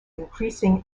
increasing